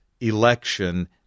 election